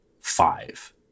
five